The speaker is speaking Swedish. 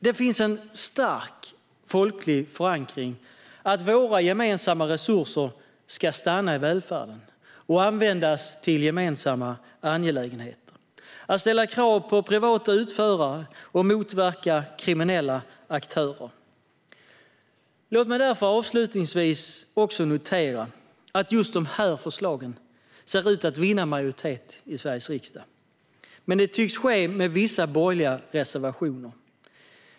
Det finns en stark folklig förankring när det gäller att våra gemensamma resurser ska stanna i välfärden och användas till gemensamma angelägenheter och att man ska ställa krav på privata utförare och motverka kriminella aktörer. Låt mig därför avslutningsvis också notera att just dessa förslag ser ut att vinna majoritet i Sveriges riksdag. Men det tycks ske med vissa borgerliga reservationer.